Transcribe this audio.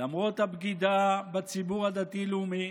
למרות הבגידה בציבור הדתי-לאומי